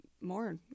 more